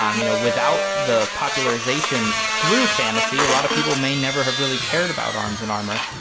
um you know without the popularization through fantasy a lot of people may never have really cared about arms and armor,